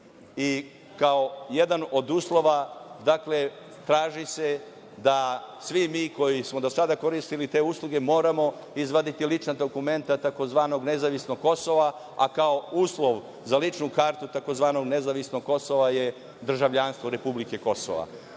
i kao jedan od uslova traži se da svi mi koji smo do sada koristili te usluge moramo izvaditi lična dokumenta tzv. nezavisnog kosova, a kao uslov za ličnu kartu tzv. nezavisnog kosova je državljanstvo republike kosova. Ja